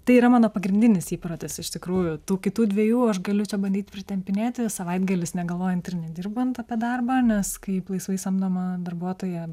tai yra mano pagrindinis įprotis iš tikrųjų tų kitų dviejų aš čia galiu bandyt pritempinėti savaitgalis negalvojant ir nedirbant apie darbą nes kaip laisvai samdoma darbuotoja